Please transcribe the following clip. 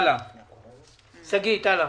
שגית, הלאה.